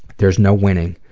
there's no winning.